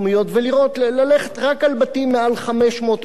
ללכת רק על בתים מעל 500 מ"ר,